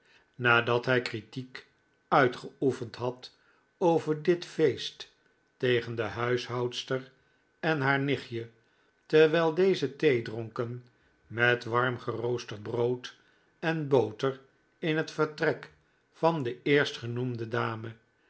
nadat hij critiek uitgeoefend had over dit feest tegen de huishoudster en haar nichtje terwijl deze thee dronken met warm geroosterd brood en boter in het vertrek van de eerstgenoemde dame